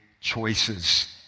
choices